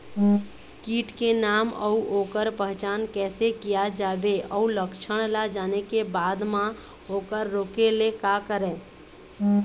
कीट के नाम अउ ओकर पहचान कैसे किया जावे अउ लक्षण ला जाने के बाद मा ओकर रोके ले का करें?